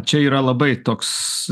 čia yra labai toks